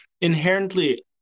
inherently